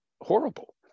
horrible